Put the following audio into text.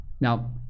Now